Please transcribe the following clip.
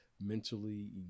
mentally